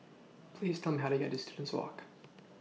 Please Tell Me How to get to Students Walk